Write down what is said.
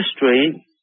history